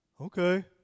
Okay